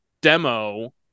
demo